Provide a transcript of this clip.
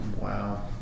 Wow